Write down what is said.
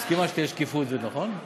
את מסכימה שתהיה שקיפות, נכון?